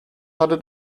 hatte